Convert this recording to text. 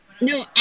No